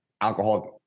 alcoholic